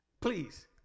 Please